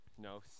no